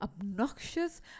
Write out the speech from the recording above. obnoxious